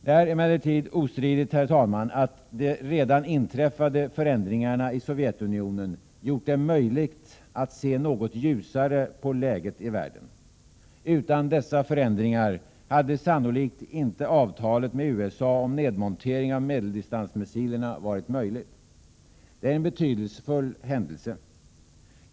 Det är emellertid ostridigt att redan inträffade förändringar i Sovjetunionen gjort det möjligt att se något ljusare på läget i världen. Utan dessa förändringar hade sannolikt inte avtalet med USA om nedmontering av medeldistansmissilerna varit möjligt. Det är en betydelsefull händelse.